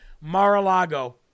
Mar-a-Lago